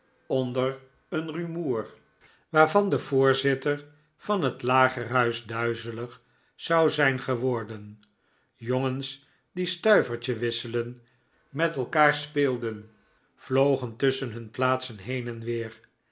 onder een rumoer waarvan de voorzitter van het lagerhuis duizelig zou zijn geworden jongens die stuivertje wisselen met elkaar speelden vlogen tusschen hun plaatsen heen en weer